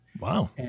Wow